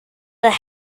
the